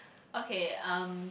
okay um